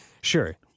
sure